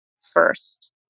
first